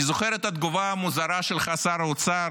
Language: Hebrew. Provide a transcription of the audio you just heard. אני זוכר את התגובה המוזרה שלך, שר האוצר,